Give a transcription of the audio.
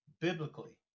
biblically